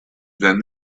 then